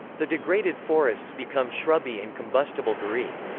the degraded forests become shrubby and combustible garrigue.